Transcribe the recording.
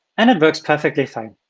and it works perfectly fine.